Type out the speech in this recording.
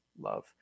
love